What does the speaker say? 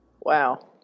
Wow